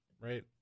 right